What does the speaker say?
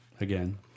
again